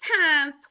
times